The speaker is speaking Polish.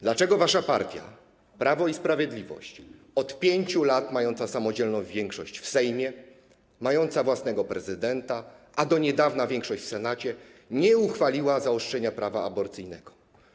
Dlaczego wasza partia, Prawo i Sprawiedliwość, od 5 lat mająca samodzielną większość w Sejmie, mająca własnego prezydenta, a do niedawna większość w Senacie, nie uchwaliła zaostrzenia prawa aborcyjnego?